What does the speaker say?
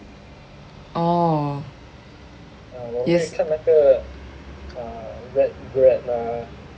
orh yes